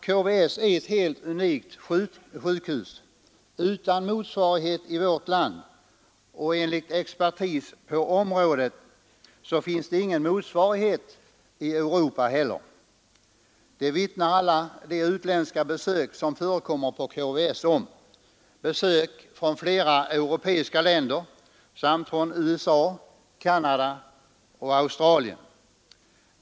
KVS är ett helt unikt sjukhus, utan motsvarighet i vårt land, och enligt expertis på området finns det ingen motsvarighet i Europa heller. Det vittnar alla de utländska besök om som förekommer på KVS — besök från flera europeiska länder samt från USA, Canada och Australien.